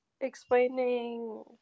explaining